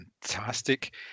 fantastic